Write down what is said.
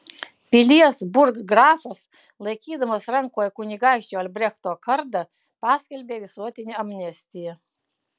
pilies burggrafas laikydamas rankoje kunigaikščio albrechto kardą paskelbė visuotinę amnestiją